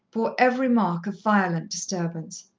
bore every mark of violent disturbance.